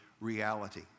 reality